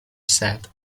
said